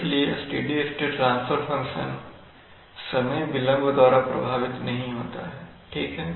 इसलिए steady state transfer function समय विलंब द्वारा प्रभावित नहीं होता है ठीक है